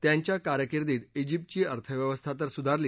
त्यांच्या कारकिर्दीत जिप्तची अर्थव्यवस्था तर सुधारली